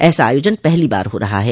ऐसा आयोजन पहली बार हो रहा है